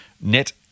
net